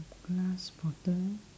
glass bottle